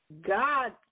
God